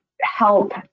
help